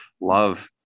Love